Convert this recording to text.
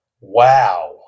wow